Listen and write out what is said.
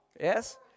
Yes